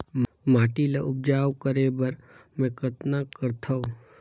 माटी ल उपजाऊ करे बर मै कतना करथव?